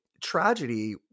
tragedy